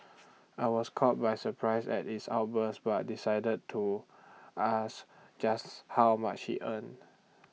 I was caught by surprise at his outburst but decided to ask just how much he earned